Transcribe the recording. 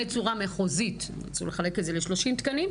בצורה מחוזית רצו לחלק את זה ל-30 תקנים,